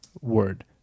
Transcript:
word